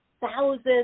thousands